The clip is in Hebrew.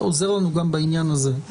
עוזר לנו גם בעניין הזה.